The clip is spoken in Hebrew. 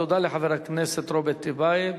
תודה לחבר הכנסת רוברט טיבייב.